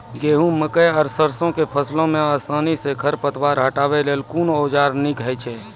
गेहूँ, मकई आर सरसो के फसल मे आसानी सॅ खर पतवार हटावै लेल कून औजार नीक है छै?